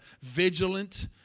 vigilant